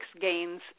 gains